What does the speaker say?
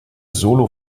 solo